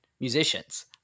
musicians